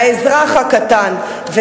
באזרח הקטן.